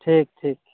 ᱴᱷᱤᱠ ᱴᱷᱤᱠ